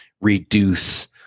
reduce